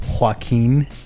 Joaquin